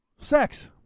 sex